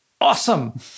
Awesome